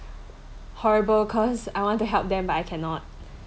horrible cause I want to help them but I cannot